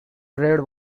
railroad